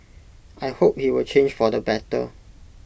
I hope he will change for the better